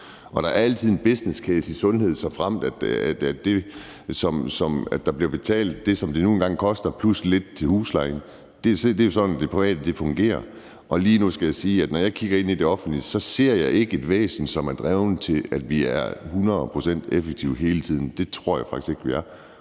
Og der er altid en business case inden for sundhedsområdet, såfremt der bliver betalt det, som det nu engang koster, plus lidt til huslejen. Det er jo sådan, det private fungerer. Og når jeg kigger ind i det offentlige, ser jeg ikke et sygehusvæsen, som er gearet til, at vi er hundrede procent effektive hele tiden – det tror jeg faktisk ikke vi er